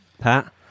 Pat